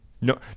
no